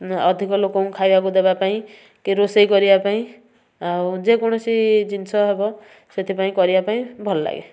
ଅଧିକ ଲୋକଙ୍କୁ ଖାଇବା ଦବାପାଇଁ କି ରୋଷେଇ କରିବା ପାଇଁ ଆଉ ଯେକୌଣସି ଜିନିଷ ହବ ସେଥିପାଇଁ କରିବା ପାଇଁ ଭଲ ଲାଗେ